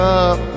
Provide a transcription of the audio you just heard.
up